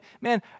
Man